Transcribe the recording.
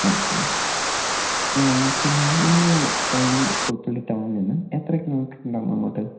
okay പിന്നെ നമ്മുടെ ടൗണിൽ നിന്ന് പുൽപ്പള്ളി ടൗണിൽ നിന്ന് എത്ര കിലോമീറ്റർ ഉണ്ടാവും അങ്ങോട്ട്